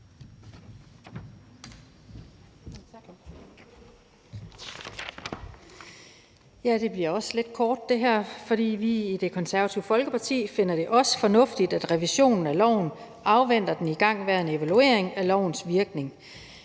Det bliver også lidt kort. Vi i Det Konservative Folkeparti finder det også fornuftigt, at revisionen af loven afventer den igangværende evaluering af lovens virkning.